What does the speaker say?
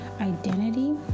identity